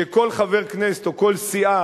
שכל חבר כנסת או כל סיעה